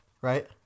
right